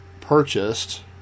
purchased